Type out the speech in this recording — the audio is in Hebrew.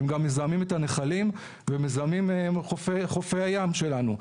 הם גם מזהמים את הנחלים והם מזהמים את חופי הים שלנו.